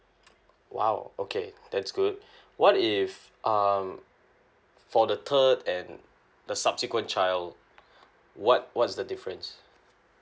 !wow! okay that's good what if um for the third and the subsequent child what what's the difference